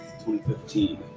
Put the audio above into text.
2015